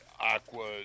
Aqua